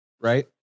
right